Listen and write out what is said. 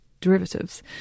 derivatives